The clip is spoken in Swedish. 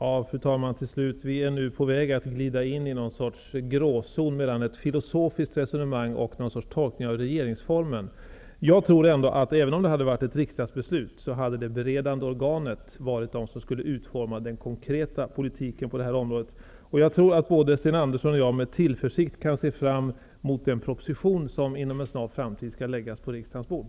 Fru talman! Nu är vi på väg att glida in i någon sorts gråzon mellan ett filosofiskt resonemang och en tolkning av regeringsformen. Jag tror ändå, att även om det hade förelegat ett riksdagsbeslut, hade det beredande organet utformat den konkreta politiken på detta område. Både Sten Andersson och jag kan med tillförsikt se fram mot den proposition som inom en snar framtid skall läggas på riksdagens bord.